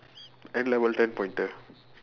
N level ten pointer